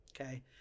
Okay